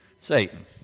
Satan